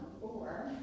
four